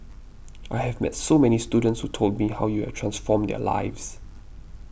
I have met so many students who told me how you have transformed their lives